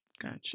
Gotcha